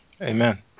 Amen